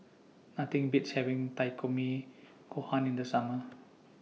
Nothing Beats having Takikomi Gohan in The Summer